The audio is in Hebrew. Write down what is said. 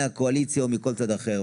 מהקואליציה או מכל צד אחר.